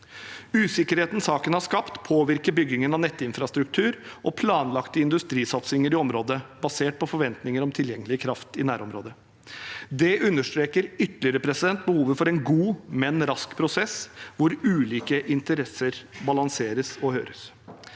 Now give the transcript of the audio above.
Usikkerheten saken har skapt, påvirker byggingen av nettinfrastruktur og planlagte industrisatsinger i området, basert på forventninger om tilgjengelig kraft i nærområdet. Det understreker ytterligere behovet for en god, men rask prosess, hvor ulike interesser balanseres og høres.